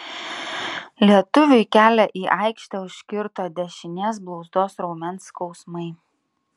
lietuviui kelią į aikštę užkirto dešinės blauzdos raumens skausmai